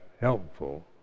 helpful